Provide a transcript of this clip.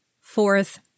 Fourth